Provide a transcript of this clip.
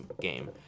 game